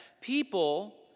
people